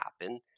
happen